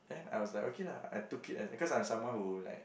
I was like okay lah I took as cause I am someone who like